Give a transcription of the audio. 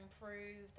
improved